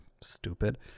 Stupid